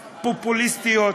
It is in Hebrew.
פופוליסטיות,